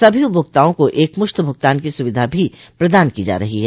सभी उपभोक्ताओं को एकमुश्त भूगतान की सुविधा भी प्रदान की जा रही है